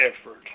effort